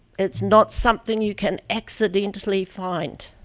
it's not something you can accidentally find.